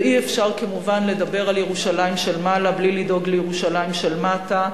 ואי-אפשר כמובן לדבר על ירושלים של מעלה בלי לדאוג לירושלים של מטה,